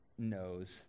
Knows